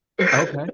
Okay